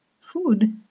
Food